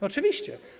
Oczywiście.